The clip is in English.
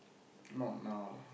not now lah